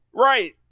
right